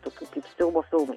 tokių kaip siaubo filmai